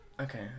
Okay